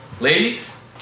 Ladies